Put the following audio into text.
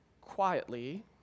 quietly